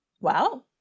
Wow